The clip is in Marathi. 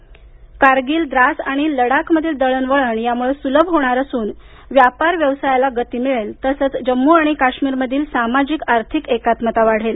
यामुळे कारगिल द्रास आणि लडाखमधील दळणवळण सुलभ होणार असून व्यापार व्यवसायाला गती मिळेल तसंच जम्मू आणि काश्मीरमधील सामाजिक आर्थिक एकात्मता वाढेल